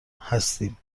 هستیم